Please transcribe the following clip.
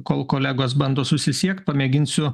kol kolegos bando susisiekt pamėginsiu